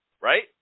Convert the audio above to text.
Right